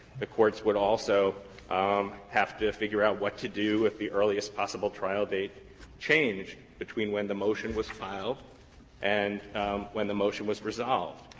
the courts would also um have to figure out what to do if the earliest possible trial date changed between when the motion was filed and when the motion was resolved.